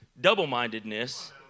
double-mindedness